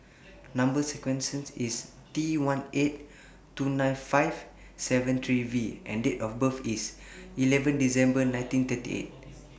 Number sequence IS T one eight two nine five seven three V and Date of birth IS eleven December nineteen thirty eight